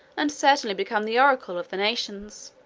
and certainly become the oracle of the nation.